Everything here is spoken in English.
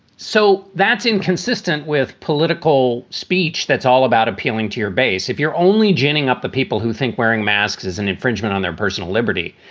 so that's inconsistent with political speech. that's all about appealing to your base. if you're only ginning up the people who think wearing masks is an infringement on their personal liberty,